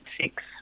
six